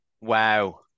Wow